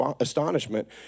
astonishment